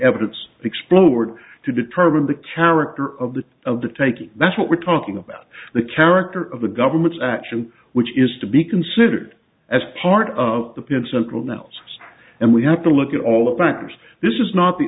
evidence explored to determine the character of the of the take that's what we're talking about the character of the government's action which is to be considered as part of the penn central nelse and we have to look at all of bankers this is not the